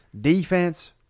Defense